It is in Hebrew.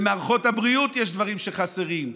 במערכות הבריאות יש דברים שחסרים.